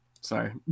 Sorry